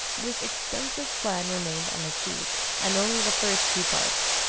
this extensive plan remained unachieved, and only the first two parts,